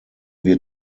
wir